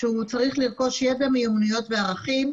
שהוא צריך לרכוש ידע, מיומנויות וערכים.